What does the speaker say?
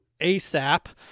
ASAP